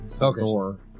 Okay